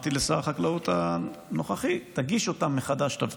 אמרתי לשר החקלאות הנוכחי: תגיש את התקנות